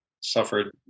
suffered